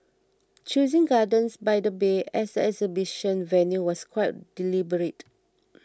choosing Gardens by the Bay as the exhibition venue was quite deliberate